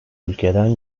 ülkeden